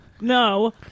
No